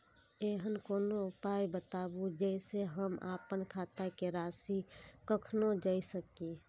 ऐहन कोनो उपाय बताबु जै से हम आपन खाता के राशी कखनो जै सकी?